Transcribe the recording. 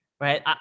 right